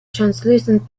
translucent